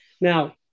Now